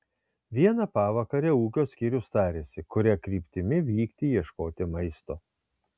vieną pavakarę ūkio skyrius tarėsi kuria kryptimi vykti ieškoti maisto